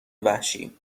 وحشی